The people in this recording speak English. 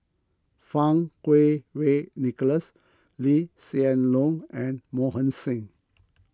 Fang Kuo Wei Nicholas Lee Hsien Loong and Mohan Singh